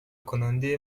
کننده